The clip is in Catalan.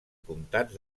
comtats